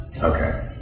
Okay